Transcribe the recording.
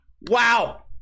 Wow